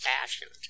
Fashioned